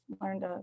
learned